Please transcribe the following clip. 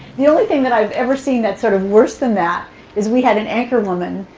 the only thing that i've ever seen that's sort of worse than that is we had an anchorwoman,